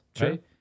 right